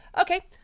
okay